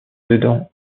dedans